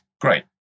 great